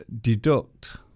Deduct